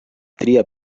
tria